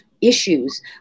issues